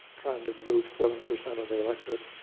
trying to move seven percent of the electorate.